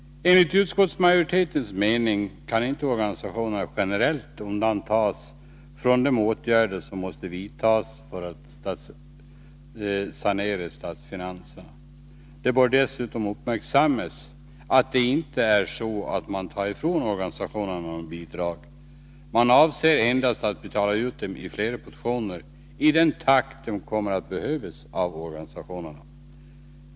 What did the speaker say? Enligt utskottsmajoritetens mening kan inte organisationerna generellt undantas från de åtgärder som måste vidtas för att statsfinanserna skall kunna saneras. Det bör dessutom uppmärksammas att det inte är så, att man tar bidrag från organisationerna. Man avser endast att betala ut bidragen i flera portioner och i den takt som organisationerna kommer att behöva dem.